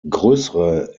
größere